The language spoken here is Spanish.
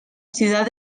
ciudad